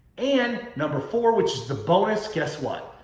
and number four, which is the bonus, guess what,